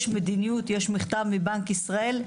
יש מדיניות, יש מכתב מבנק ישראל.